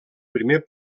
primer